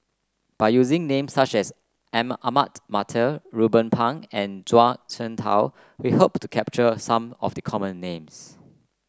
by using names such as Ahmad Mattar Ruben Pang and Zhuang Shengtao we hope to capture some of the common names